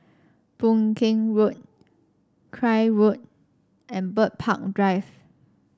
Boon Keng Road Craig Road and Bird Park Drive